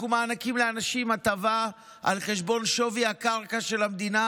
אנחנו מעניקים לאנשים הטבה על חשבון שווי הקרקע של המדינה,